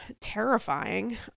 terrifying